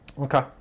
Okay